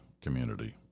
community